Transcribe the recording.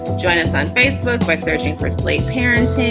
join us on facebook. by searching for slate parents.